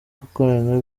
gukorana